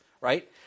right